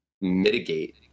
mitigate